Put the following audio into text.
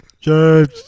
James